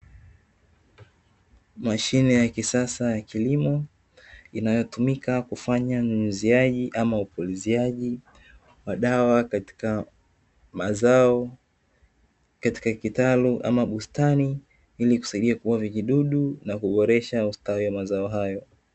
Mashine ya kisasa ya kilimo. Inayotumika kufanya unyunyuziaji au upuliziaji wa dawa katika mazao, katika kitalu au bustani ili kusaidia kuua wadudu na kuboresha ustawi wa mazao hayo.